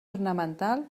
ornamental